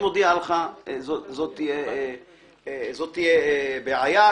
זו תהיה בעיה,